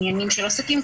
עניינים של עסקים,